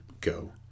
go